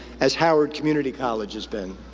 as howard community college has been.